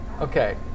okay